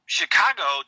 Chicago